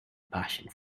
passion